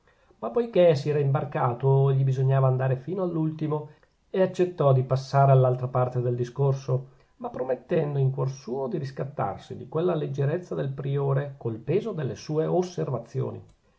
ma poichè si era imbarcato gli bisognava andare fino all'ultimo e accettò di passare all'altra parte del discorso ma promettendo in cuor suo di ricattarsi di quella leggerezza del priore col peso delle sue osservazioni